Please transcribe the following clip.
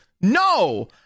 No